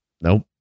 nope